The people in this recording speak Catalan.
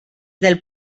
del